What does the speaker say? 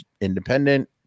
independent